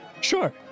Sure